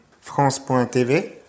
France.tv